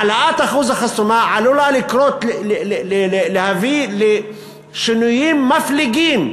העלאת אחוז החסימה עלולה להביא לשינויים מפליגים.